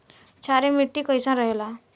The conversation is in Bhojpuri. क्षारीय मिट्टी कईसन रहेला?